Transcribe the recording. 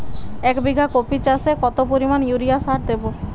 এক বিঘা কপি চাষে কত পরিমাণ ইউরিয়া সার দেবো?